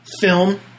film